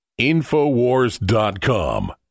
infowars.com